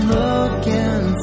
looking